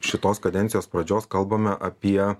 šitos kadencijos pradžios kalbame apie